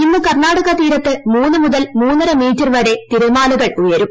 ഇന്ന് കർണ്ണാടക തീരത്ത് മൂന്ന് മുതൽ മൂന്നര മീറ്റർ വരെ തിരമാലകൾ ഉയരും